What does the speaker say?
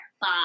Bye